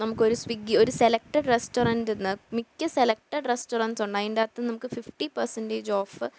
നമുക്ക് ഒരു സ്വിഗ്ഗി ഒരു സെലക്റ്റ് റസ്റ്റോറൻ്റിൽ നിന്ന് മിക്ക സെലക്ടഡ് റസ്റ്റോറന്റസുണ്ട് അതിൻ്റകത്തുനിന്ന് ഫിഫ്റ്റി പെർസെന്റജ് ഓഫ്